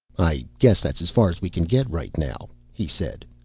i guess that's as far as we can get right now, he said.